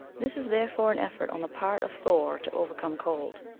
this is therefore an effort on the part of thor to overcome cold.